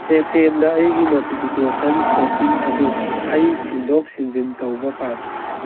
ꯄꯦꯇꯤꯑꯦꯝꯗ ꯑꯩꯒꯤ notification setting ꯑꯗꯨ ꯑꯩ ꯁꯤꯟꯗꯣꯛ ꯁꯤꯟꯖꯤꯟ ꯇꯧꯕ ꯄꯥꯝꯃꯤ